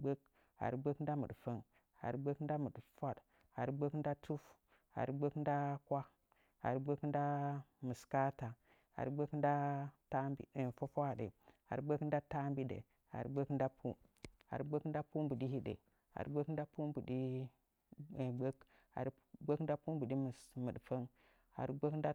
gbək ghaaru gbak nda mɨɗfəng ghaaru gbək nda fwaɗ ghaaru gbək nda tuf ghaaru gbək nda kwah ghaaru gbək nda mɨskaata ghaaru gbək nda ta fwafwaaɗə ghaaru gbək nda na taambiɗa ghaaru gbak nda pu ghaaru gbək nda pu mbɨɗi hiɗə ghaaru gbok nda pu mbɨɗi gbək ghaaru gbək nda pu mbɨɗi fwaɗ ghaaru gbək nda